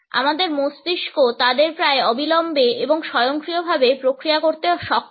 আমাদের মস্তিষ্ক তাদের প্রায় অবিলম্বে এবং স্বয়ংক্রিয়ভাবে প্রক্রিয়া করতে সক্ষম